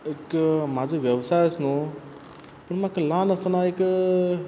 एक म्हाजो वेवसाय अेस न्हू पूण म्हाक ल्हान आसतना एक